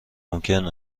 ممکن